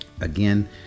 Again